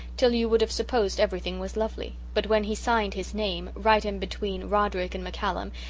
till you would have supposed everything was lovely. but when he signed his name, right in between roderick and maccallum,